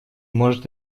может